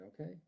okay